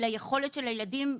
וליכולת של הילדים,